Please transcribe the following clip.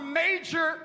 major